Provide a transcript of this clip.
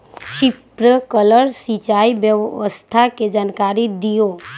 Sprinkler सिंचाई व्यवस्था के जाकारी दिऔ?